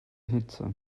hitze